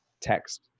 text